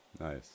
Nice